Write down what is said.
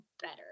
better